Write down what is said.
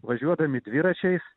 važiuodami dviračiais